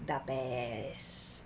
da best